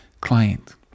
client